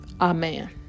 Amen